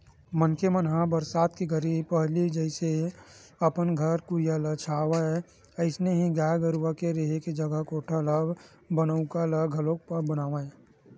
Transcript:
मनखे मन ह बरसात घरी के पहिली जइसे अपन घर कुरिया ल छावय अइसने ही गाय गरूवा के रेहे जघा कोठा के बनउका ल घलोक बनावय